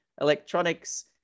electronics